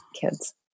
kids